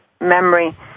memory